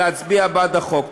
להצביע בעד החוק.